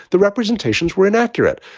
the representations were inaccurate.